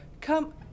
come